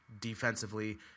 defensively